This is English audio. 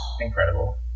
incredible